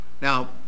Now